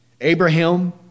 Abraham